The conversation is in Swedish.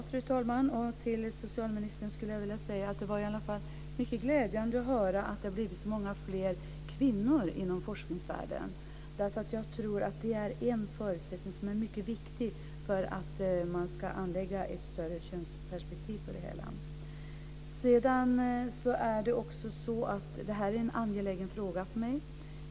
Fru talman! Jag vill till socialministern säga att det i alla fall var mycket glädjande att höra att det har blivit så många fler kvinnor inom forskningsvärlden. Jag tror att det är en mycket viktig förutsättning för anläggande av ett större könsperspektiv i detta sammanhang. Det här är en angelägen fråga för mig.